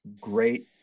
great